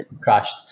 Crashed